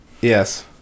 Yes